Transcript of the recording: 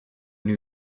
new